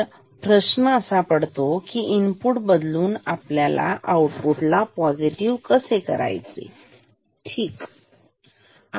तर प्रश्न असा आहे इनपुट बदलून आपण आऊटपुटला पॉझिटिव्ह कसे करायचेठीक आहे